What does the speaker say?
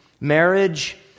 marriage